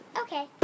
Okay